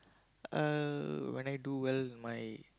uh when I do well in my